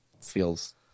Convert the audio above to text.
feels